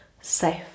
safe